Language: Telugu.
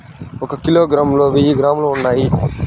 ఒక కిలోగ్రామ్ లో వెయ్యి గ్రాములు ఉన్నాయి